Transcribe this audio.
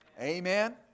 Amen